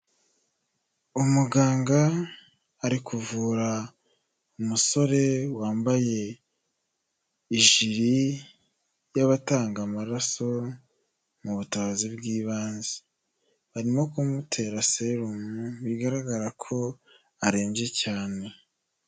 Umuganga ari kuvura umusore wambaye ijiri y'abatanga amaraso mu butabazi bw'ibanze; barimo kumutera serumu bigaragara ko arembye cyane.